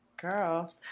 Girl